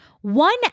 One